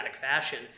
fashion